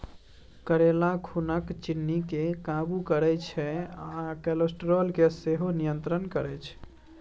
करेला खुनक चिन्नी केँ काबु करय छै आ कोलेस्ट्रोल केँ सेहो नियंत्रित करय छै